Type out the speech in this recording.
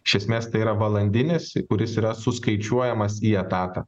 iš esmės tai yra valandinis kuris yra suskaičiuojamas į etatą